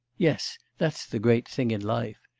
yes, that's the great thing in life.